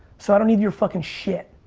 so i don't need your fucking shit.